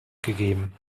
gegeben